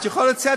את יכולה לצאת,